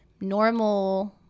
normal